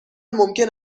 ممکن